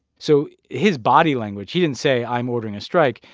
so his body language he didn't say, i'm ordering a strike.